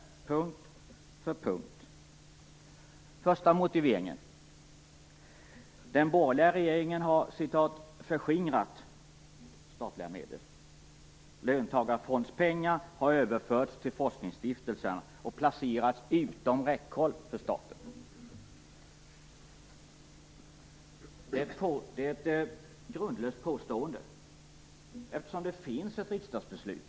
Den första motiveringen är att den borgerliga regeringen har "förskingrat" statliga medel. Löntagarfondspengar har överförts till forskningsstiftelserna och placerats utom räckhåll för staten. Det är ett grundlöst påstående eftersom det finns ett riksdagsbeslut.